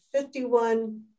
51